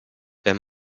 wenn